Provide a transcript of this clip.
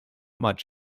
much